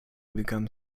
become